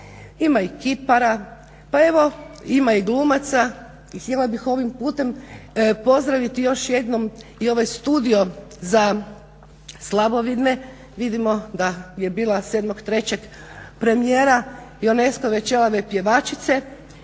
ima i kipara pa evo ima i glumaca i htjela bih ovim putem pozdraviti još jednom i ovaj studio za slabovidne. Vidimo da je bila 7.3. premijera Ionescove "Ćelave pjevačice"